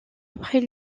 après